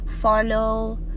follow